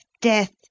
death